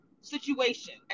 situation